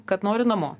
kad nori namo